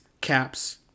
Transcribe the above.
caps